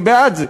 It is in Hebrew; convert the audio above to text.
אני בעד זה,